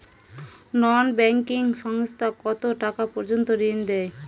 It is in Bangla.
নন ব্যাঙ্কিং সংস্থা কতটাকা পর্যন্ত ঋণ দেয়?